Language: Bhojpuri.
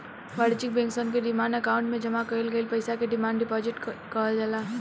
वाणिज्य बैंक सन के डिमांड अकाउंट में जामा कईल गईल पईसा के डिमांड डिपॉजिट कहल जाला